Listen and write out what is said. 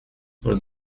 for